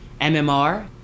MMR